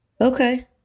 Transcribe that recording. Okay